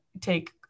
take